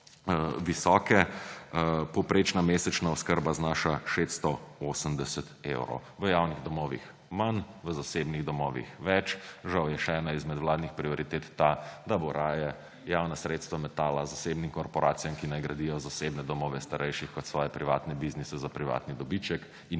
visoke. Povprečna mesečna oskrba znaša 680 evrov. V javnih domovih manj, v zasebnih domovih več. Žal je še ena izmed vladnih prioritet ta, da bo raje javna sredstva metala zasebnim korporacijam, ki naj gradijo zasebne domove starejših kot svoje privatne biznise za privatni dobiček, in